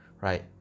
right